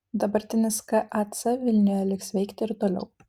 dabartinis kac vilniuje liks veikti ir toliau